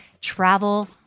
travel